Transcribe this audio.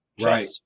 Right